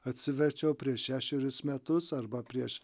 atsiverčiau prieš šešerius metus arba prieš